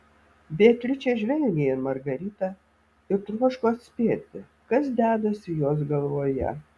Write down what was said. beatričė žvelgė į margaritą ir troško atspėti kas dedasi jos galvoje